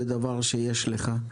זה דבר שיש לך.